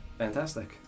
Fantastic